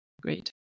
Great